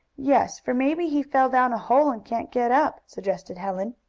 yes, for maybe he fell down a hole, and can't get up, suggested helen.